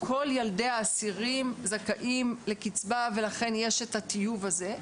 כל ילדי האסירים זכאים לקצבה ולכן יש הטיוב הזה.